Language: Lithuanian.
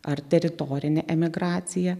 ar teritorinė emigracija